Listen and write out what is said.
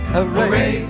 Hooray